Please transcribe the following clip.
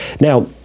Now